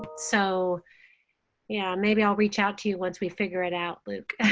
so yeah, maybe i'll reach out to you once we figure it out, luke,